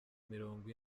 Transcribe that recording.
mirongo